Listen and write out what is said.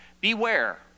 Beware